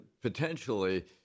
potentially